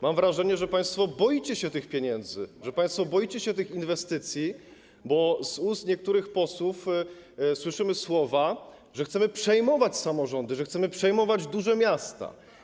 Mam wrażenie, że państwo boicie się tych pieniędzy, boicie się tych inwestycji, bo z ust niektórych posłów słyszymy słowa, że chcemy przejmować samorządy, że chcemy przejmować duże miasta.